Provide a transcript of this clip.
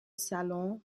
salon